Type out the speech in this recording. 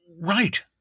Right